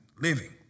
living